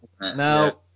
now